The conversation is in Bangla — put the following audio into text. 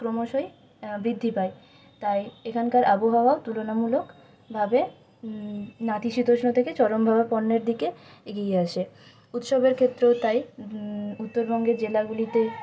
ক্রমশই বৃদ্ধি পায় তাই এখানকার আবহাওয়াও তুলনামূলকভাবে নাতিশীতোষ্ণ থেকে চরমভাবাপন্নের দিকে এগিয়ে আসে উৎসবের ক্ষেত্রেও তাই উত্তরবঙ্গের জেলাগুলিতে